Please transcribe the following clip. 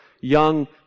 young